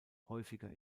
häufiger